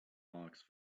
marks